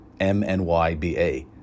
MNYBA